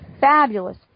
fabulous